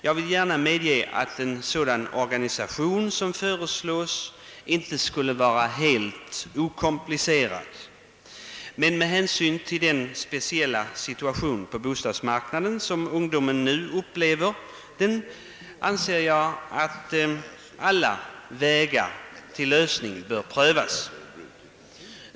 Jag medger gärna att en organisation som den föreslagna inte skulle vara helt okomplicerad, men med hänsyn till den speciella situation på bostadsmarknaden som ungdomen upplever anser jag att alla vägar till en lösning bör prövas.